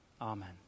Amen